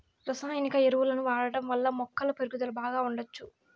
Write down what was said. రసాయనిక ఎరువులను వాడటం వల్ల మొక్కల పెరుగుదల బాగా ఉండచ్చు